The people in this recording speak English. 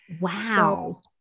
wow